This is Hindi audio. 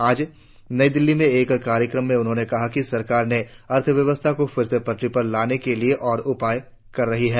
आज नई दिल्ली में एक कार्यक्रम में उन्होंने कहा कि सरकार ने अर्थव्यवस्था को फिर से पटरी पर लाने के लिए और उपाय कर रही है